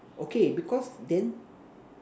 okay because then